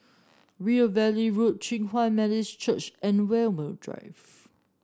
River Valley Road Hinghwa Methodist Church and Walmer Drive